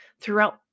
throughout